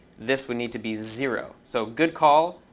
this would need to be zero. so good call,